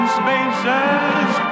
spaces